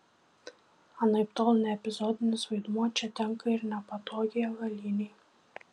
anaiptol ne epizodinis vaidmuo čia tenka ir nepatogiai avalynei